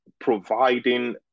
providing